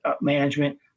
management